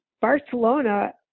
Barcelona